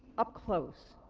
up close,